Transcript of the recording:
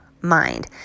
mind